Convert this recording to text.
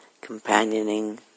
companioning